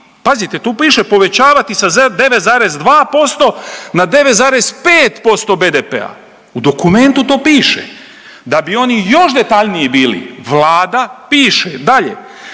pazite tu piše povećavati sa 9,2% na 9,5% BDP-a, u dokumentu to piše. Da bi oni još detaljniji bili Vlada piše dalje,